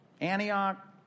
Antioch